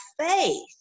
faith